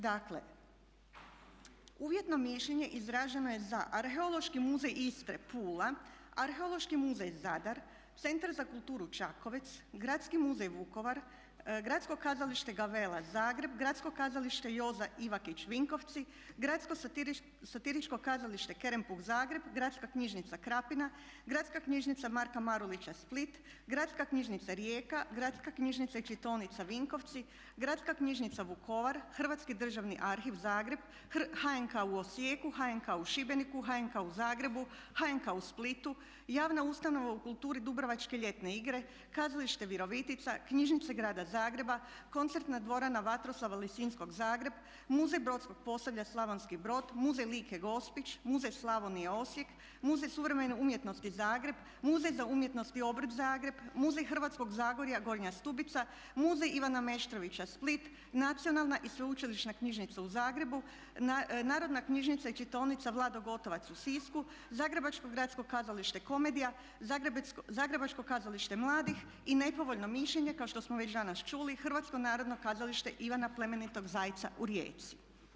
Dakle, uvjetno mišljenje izraženo je za Arheološki muzej Istre Pula, Arheološki muzej Zadar, Centar za kulturu Čakovec, Gradski muzej Vukovar, Gradsko kazalište Gavella Zagreb, Gradsko kazalište Joza Ivakić Vinkovci, Gradsko satiričko kazalište Kerempuh Zagreb, Gradska knjižnica Krapina, Gradska knjižnica Marka Marulića Split, Gradska knjižnica Rijeka, Gradska knjižnica i čitaonica Vinkovci, Gradska knjižnica Vukovar, Hrvatski državni arhiv Zagreb, HNK u Osijeku, HNK u Šibeniku, HNK u Zagrebu, HNK u Splitu, javna ustanova u kulturi Dubrovačke ljetne igre, Kazalište Virovitica, Knjižnice Grada Zagreba, koncertna dvorana Vatroslava Lisinskog Zagreb, Muzej brodsko-posavski Slavonski Brod, Muzej Like Gospić, Muzej Slavonije Osijek, Muzej suvremene umjetnosti Zagreb, Muzej za umjetnost i obrt Zagreb, Muzej hrvatskog zagorja Gornja Stubica, Muzej Ivana Meštrovića Split, Nacionalna i sveučilišna knjižnica u Zagrebu, Narodna knjižnica i čitaonica Vlado Gotovac u Sisku, Zagrebačko gradsko kazalište Komedija, Zagrebačko kazalište mladih i nepovoljno mišljenje kao što smo već danas čuli Hrvatsko narodno kazalište Ivana pl. Zajca u Rijeci.